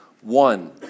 One